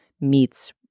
meets